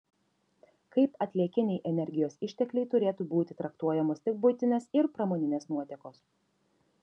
kaip atliekiniai energijos ištekliai turėtų būti traktuojamos tik buitinės ir pramoninės nuotėkos